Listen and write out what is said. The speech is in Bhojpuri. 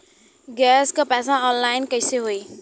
गैस क पैसा ऑनलाइन कइसे होई?